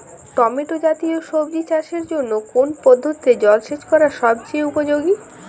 Tomato জাতীয় সবজি চাষের জন্য কোন পদ্ধতিতে জলসেচ করা সবচেয়ে উপযোগী?